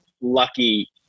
lucky